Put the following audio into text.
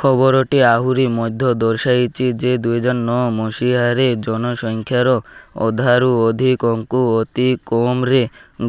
ଖବରଟି ଆହୁରି ମଧ୍ୟ ଦର୍ଶାଇଛି ଯେ ଦୁଇହଜାର ନଅ ମସିହାରେ ଜନସଂଖ୍ୟାର ଅଧାରୁ ଅଧିକଙ୍କୁ ଅତି କମ୍ରେ